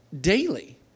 daily